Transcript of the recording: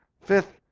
fifth